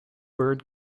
bird